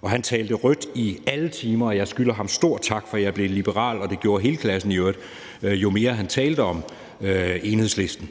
og han talte rødt i alle timer, og jeg skylder ham stor tak for, at jeg blev liberal, og det gjorde hele klassen i øvrigt, jo mere han talte om Enhedslisten.